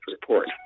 report